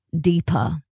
deeper